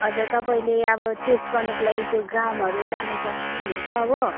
हजुर तपाईँले अब टेस्ट गर्नुको लागि त्यो ग्रामहरू लानु सक्नुहुन्छ हो